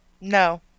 No